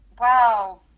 Wow